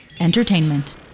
Entertainment